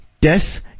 Death